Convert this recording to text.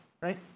right